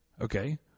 Okay